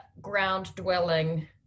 ground-dwelling